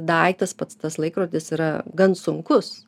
daiktas pats tas laikrodis yra gan sunkus